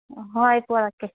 ꯍꯣꯏ ꯄꯨꯔꯛꯀꯦ